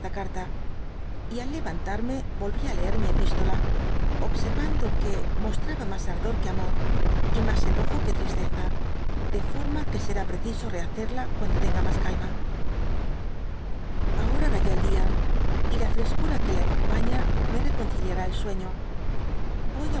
y al levantarom volví á leer mi epistola observando q ae mostraba mas ardor que amor y mas enojo que tristeza de forma que seri preciso raoeria cuando tenga mas calma dby google ahora raya el día y la fretcara que le acompaña me reconciliará el sueño voy á